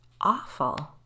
awful